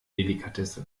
delikatesse